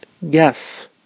Yes